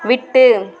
விட்டு